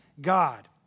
God